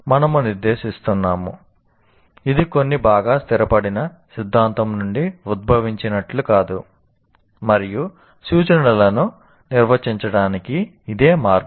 మనము 'నిర్దేశిస్తున్నాము' ఇది కొన్ని బాగా స్థిరపడిన సిద్ధాంతం నుండి ఉద్భవించినట్లు కాదు మరియు సూచనలను నిర్వహించడానికి ఇదే మార్గం